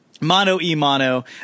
mono-e-mono